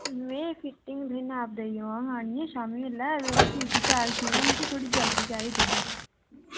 में सूटें दे इयां नाप देई जांह्ग आह्निए शामी बेल्लै शैल सीने न थोह्ड़ी जल्दी चाहिदे हे